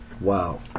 wow